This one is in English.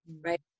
right